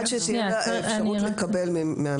שתהיה לה אפשרות לקבל מהמשטרה.